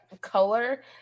color